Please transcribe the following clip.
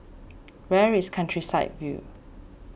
where is Countryside View